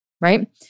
Right